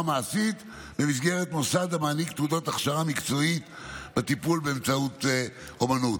מעשית במסגרת מוסד המעניק תעודות הכשרה מקצועית בטיפול באמצעות אומנות.